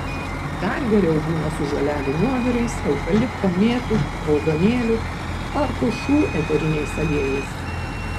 dar geriau būna su žolelių nuovirais eukalipto mėtų raudonėlių ar pušų eteriniais aliejais